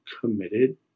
committed